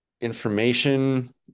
information